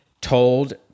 told